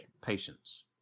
Patience